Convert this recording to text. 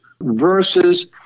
versus